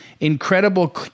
incredible